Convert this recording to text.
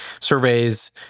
surveys